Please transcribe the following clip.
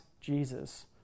Jesus